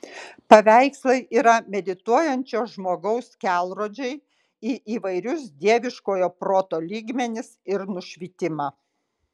paveikslai yra medituojančio žmogaus kelrodžiai į įvairius dieviškojo proto lygmenis ir nušvitimą